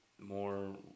more